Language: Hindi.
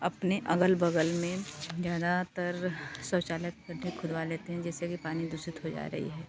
अपने अगल बग़ल में ज़्यादातर शौचालय खुदवा लेते हैं जिससे कि पानी दूषित हो जा रही है